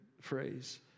phrase